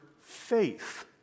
faith